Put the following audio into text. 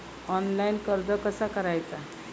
Online कर्ज कसा करायचा?